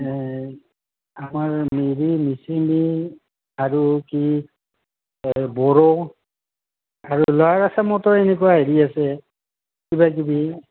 আমাৰ হেৰি মিচিমি আৰু কি আৰু বড়ো আৰু ল'ৱাৰ আচামতো এনেকুৱা হেৰি আছে কিবাকিবি